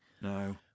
no